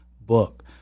book